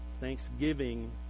Thanksgiving